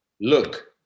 look